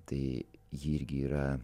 tai ji irgi yra